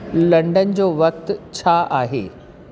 London जो वक़्ति छा आहे